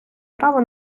право